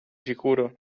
sicuro